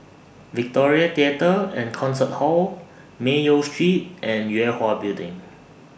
Victoria Theatre and Concert Hall Mayo Street and Yue Hwa Building